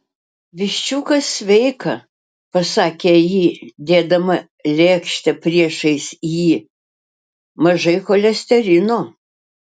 viščiukas sveika pasakė ji dėdama lėkštę priešais jį mažai cholesterino